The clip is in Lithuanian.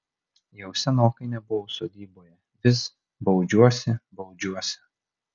jau senokai nebuvau sodyboje vis baudžiuosi baudžiuosi